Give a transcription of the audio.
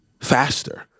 faster